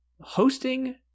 Hosting